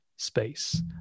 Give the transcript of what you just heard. space